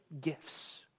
gifts